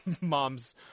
mom's